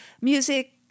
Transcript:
music